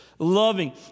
Loving